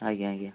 ଆଜ୍ଞା ଆଜ୍ଞା